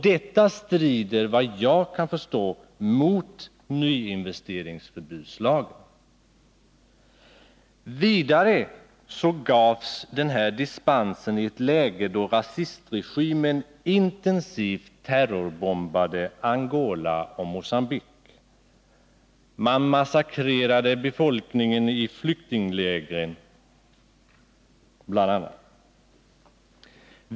Detta strider, vad jag kan förstå, mot nyinvesteringsförbudslagen. Vidare gavs dispensen i ett läge då rasistregimen intensivt terrorbombade Angola och Mogambique. Man massakrerade flyktingläger bl.a.